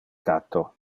catto